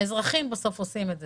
בסוף האזרחים עושים את זה.